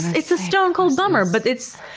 it's a stone-cold bummer but it's